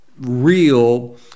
real